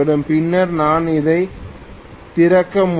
பின்னர் நான் அதை திறக்க முடியும்